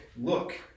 look